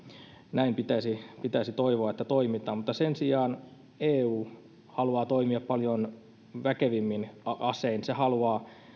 näin pitäisi pitäisi toivoa että toimitaan mutta sen sijaan eu haluaa toimia paljon väkevämmin asein se haluaa